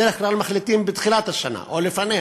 בדרך כלל מחליטים בתחילת השנה או לפניה,